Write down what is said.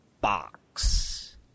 box